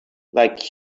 like